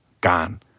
Gone